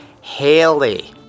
Haley